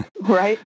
Right